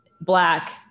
Black